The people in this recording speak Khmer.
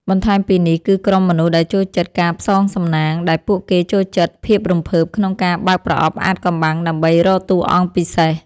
បន្ថែមពីនេះ គឺក្រុមមនុស្សដែលចូលចិត្តការផ្សងសំណាង ដែលពួកគេចូលចិត្តភាពរំភើបក្នុងការបើកប្រអប់អាថ៌កំបាំងដើម្បីរកតួអង្គពិសេស។